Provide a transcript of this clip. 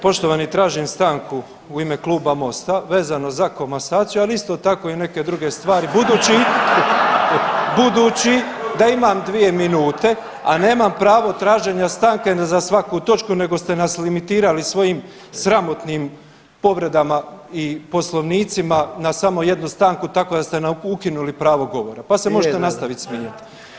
Poštovani tražim stanku u ime Kluba MOST-a vezano za komasaciju, ali isto tako i neke druge stvari budući da imam 2 minute, a nemam pravo traženja stanke za svaku točku nego ste nas limitirali svojim sramotnim povredama i poslovnicima na samo jednu stanku tako da ste nam ukinuli pravo govora, pa se možete nastaviti smijati.